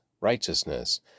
righteousness